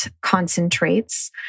concentrates